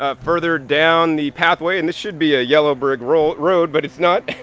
ah further down the pathway and this should be a yellow brick road road but it's not